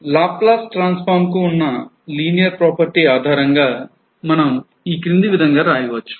Laplace Transform కు ఉన్న linear property ఆధారంగా మనం క్రింది విధంగా రాయవచ్చు